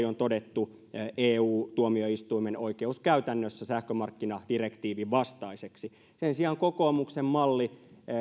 on todettu eu tuomioistuimen oikeuskäytännössä sähkömarkkinadirektiivin vastaiseksi sen sijaan kokoomuksen malli